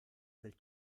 del